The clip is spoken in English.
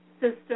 system